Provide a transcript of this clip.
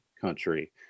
country